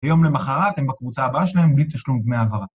יום למחרת אתם בקבוצה הבאה שלהם בלי תשלום דמי עברה.